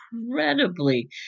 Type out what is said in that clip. incredibly